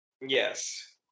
Yes